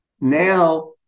Now